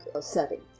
setting